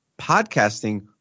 podcasting